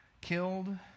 killed